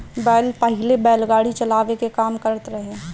बैल पहिले बैलगाड़ी चलावे के काम करत रहे